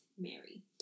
Mary